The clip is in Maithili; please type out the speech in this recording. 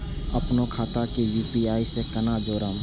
अपनो खाता के यू.पी.आई से केना जोरम?